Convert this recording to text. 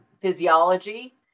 physiology